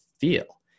feel